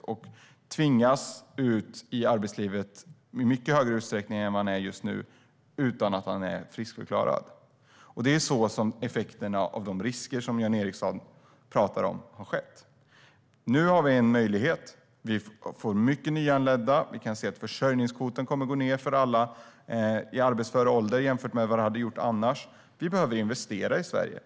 Han skulle tvingas ut i arbetslivet utan att han är friskförklarad. Det är effekterna av de risker som Jan Ericson pratar om. Nu har vi en möjligt. Det kommer många nyanlända. Vi kan se att försörjningskvoten kommer att gå ned för alla i arbetsför ålder jämfört med vad det hade gjort annars. Vi behöver investera i Sverige.